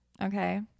okay